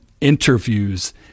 interviews